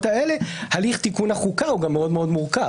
האלה הליך תיקון החוקה הוא גם מאוד מאוד מורכב.